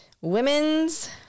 Women's